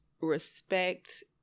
respect